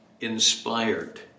inspired